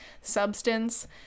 substance